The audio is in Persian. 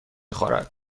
خورد